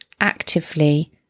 actively